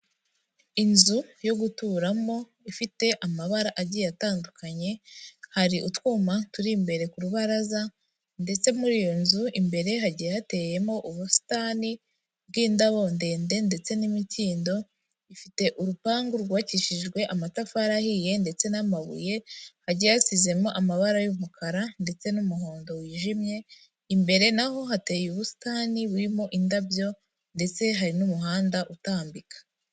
Inzu yo guturamo ifite amabara agiye atandukanye, hari utwuma turi imbere ku rubaraza ndetse muri iyo nzu imbere hagiye hateyemo ubusitani bw'indabo ndende ndetse n'imikindo, ifite urupangu rwubakishijwe amatafari ahiye ndetse n'amabuye hagiye hasizemo amabara y'umukara ndetse n'umuhondo wijimye, imbere n'aho hateye ubusitani burimo indabyo ndetse hari n'umuhanda utambika.